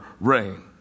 rain